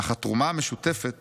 אך התרומה המשותפת